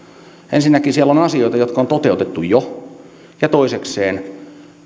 ensinnäkin siellä on asioita jotka on toteutettu jo ja toisekseen